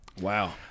Wow